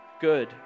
good